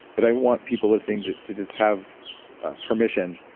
but i want people listening to just have permission,